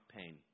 pain